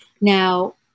Now